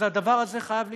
אז הדבר הזה חייב להשתנות,